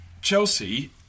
Chelsea